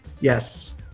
yes